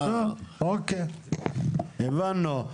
הבנו.